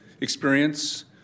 experience